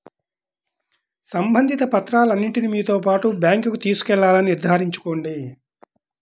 సంబంధిత పత్రాలన్నింటిని మీతో పాటు బ్యాంకుకు తీసుకెళ్లాలని నిర్ధారించుకోండి